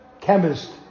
chemist